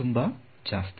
ತುಂಬಾ ಜಾಸ್ತಿ